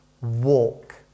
walk